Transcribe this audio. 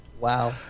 Wow